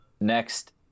Next